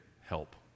help